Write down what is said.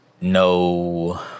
no